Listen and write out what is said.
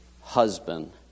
husband